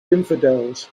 infidels